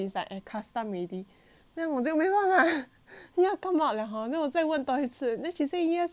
then 我就没办法要 come out 了 hor then 我再问多一次 then she say yes why you don't want go then is like